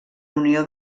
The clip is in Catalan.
unió